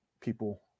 people